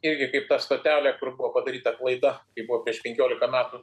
irgi kaip ta stotelė kur buvo padaryta klaida kai buvo prieš penkiolika metų